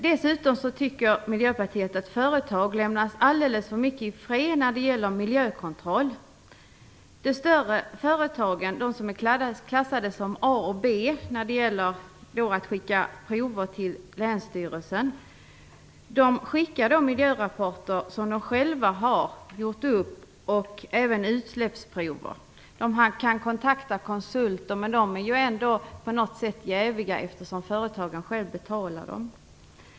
Miljöpartiet anser dessutom att företag lämnas alldeles för mycket i fred när det gäller miljökontroll. De större företagen - de som är klassade som A och B när det gäller att skicka prover till länsstyrelsen - skickar de miljörapporter som de själva har gjort upp och även utsläppsprover. De kan kontakta konsulter, men de är ju ändå på något sätt jäviga eftersom företagen själva betalar dem.